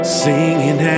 singing